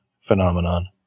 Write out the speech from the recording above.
phenomenon